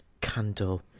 candle